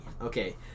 Okay